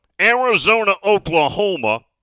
Arizona-Oklahoma